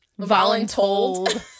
Voluntold